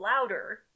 louder